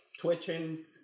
twitching